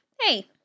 Hey